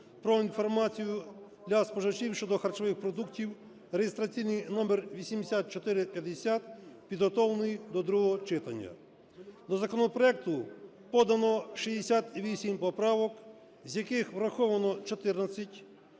про інформацію для споживачів щодо харчових продуктів (реєстраційний номер 8450) підготовлений до другого читання. До законопроекту подано 68 поправок, з яких враховано 14,